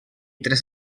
tres